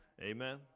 Amen